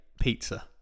pizza